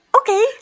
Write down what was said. okay